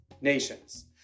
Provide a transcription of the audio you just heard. nations